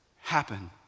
happen